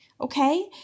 Okay